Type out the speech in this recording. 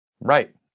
right